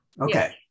Okay